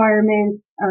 requirements